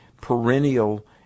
perennial